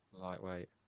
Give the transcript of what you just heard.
lightweight